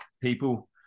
people